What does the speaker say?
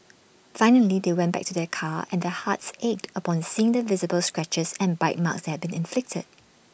finally they went back to their car and their hearts ached upon seeing the visible scratches and bite marks that had been inflicted